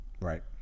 Right